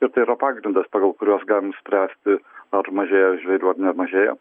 ir tai yra pagrindas pagal kuriuos galim spręsti ar mažėja žvėrių ar nemažėja